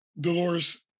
Dolores